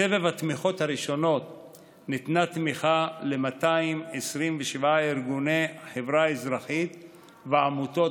בסבב התמיכות הראשון ניתנה תמיכה ל-227 ארגוני חברה אזרחית ועמותות,